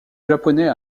japonais